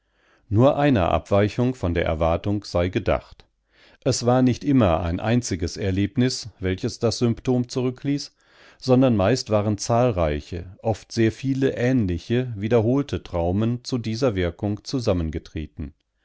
nur einer abweichung von der erwartung sei gedacht es war nicht immer ein einziges erlebnis welches das symptom zurückließ sondern meist waren zahlreiche oft sehr viele ähnliche wiederholte traumen zu dieser wirkung zusammengetreten